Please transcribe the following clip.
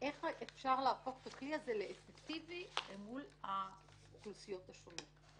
איך אפשר להפוך את הכלי הזה לאפקטיבי מול האוכלוסיות השונות?